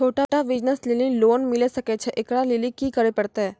छोटा बिज़नस लेली लोन मिले सकय छै? एकरा लेली की करै परतै